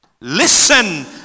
Listen